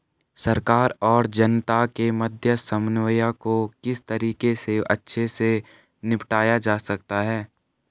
सरकार और जनता के मध्य समन्वय को किस तरीके से अच्छे से निपटाया जा सकता है?